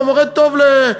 או מורה טוב למתימטיקה,